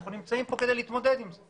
אנחנו נמצאים פה כדי להתמודד עם זה.